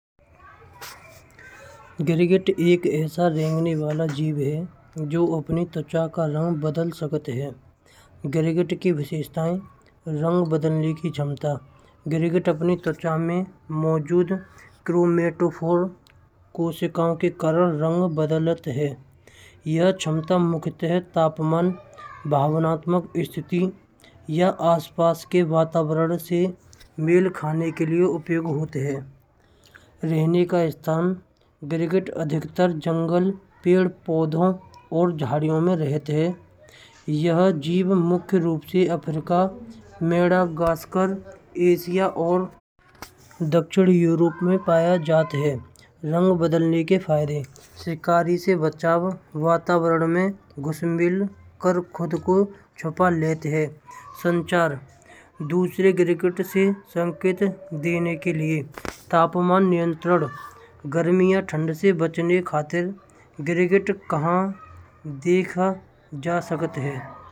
गिरगिट एक ऐसा रंग बदलने वाला जीव है। जो अपनी त्वचा का रंग बदल सकता है। गिरगिट की विशेषताएँ रंग बदलने की क्षमता। गिरगिट अपनी त्वचा में मौजूद क्रोमेटोफोर कोशिकाओं के कारण रंग बदल जाता है। यह क्षमता मुख्यतः तापमान, भावनात्मक स्थिति या आसपास के वातावरण से मेल खाने के लिए उपयोग होती है। रहने का स्थान। गिरगिट अधिकतर जंगल, पेड़ पौधों और झाड़ियों में रहते हैं। यह जीव मुख्य रूप से अफ्रीका मेडागास्कर एशिया और दक्षिण यूरोप में पाया जाता है। रंग बदलने के फायदे। शिकारी से बचाव, बदलाव में घुसमिल कर खुद को छुपा लेते हैं। संचार: दूसरे गिरगिट से संकेत देने के लिए तापमान नियंत्रण गर्मियाँ ठंड से बचने खातिर गिरगिट कहाँ देखा जा सकता है।